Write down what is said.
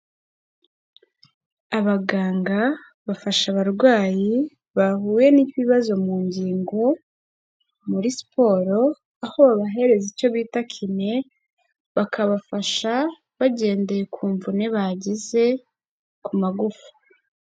Abaganga bafasha abarwayi bahuye n'ibibazo mu ngingo, muri siporo, aho babahereza icyo bita kine, bakabafasha bagendeye ku mvune bagize ku magufa.